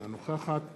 אינה נוכחת